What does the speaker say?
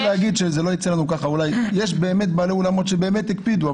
שזה לא ייצא לנו ככה אולי: יש בעלי אולמות שבאמת הקפידו,